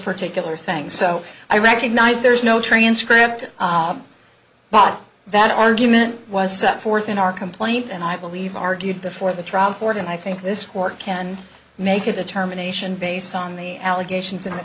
particular things so i recognize there's no transcript bought that argument was set forth in our complaint and i believe argued before the trial court and i think this work can make a determination based on the allegations